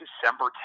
December